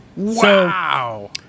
Wow